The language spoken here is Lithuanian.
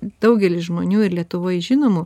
daugelis žmonių ir lietuvoj žinomų